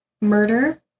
murder